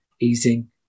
easing